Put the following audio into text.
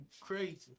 crazy